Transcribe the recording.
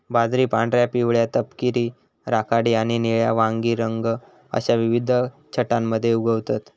बाजरी पांढऱ्या, पिवळ्या, तपकिरी, राखाडी आणि निळ्या वांगी रंग अश्या विविध छटांमध्ये उगवतत